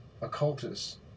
occultists